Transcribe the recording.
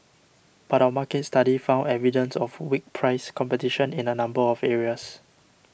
but our market study found evidence of weak price competition in a number of areas